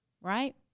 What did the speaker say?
right